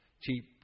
cheap